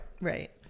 Right